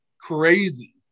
crazy